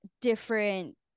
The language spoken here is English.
different